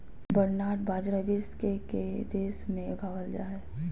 barnyard बाजरा विश्व के के देश में उगावल जा हइ